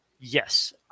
yes